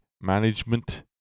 management